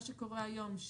מה שקורה היום,